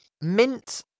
Mint